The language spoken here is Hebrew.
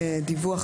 "דיווח